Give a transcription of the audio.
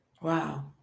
Wow